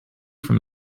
from